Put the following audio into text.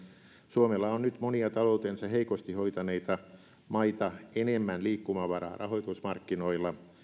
suomella on nyt monia taloutensa heikosti hoitaneita maita enemmän liikkumavaraa rahoitusmarkkinoilla